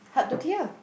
hard to kill